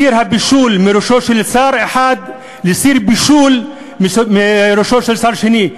הוא החליף את סיר הבישול בראשו של שר אחד לסיר בישול בראשו של שר שני.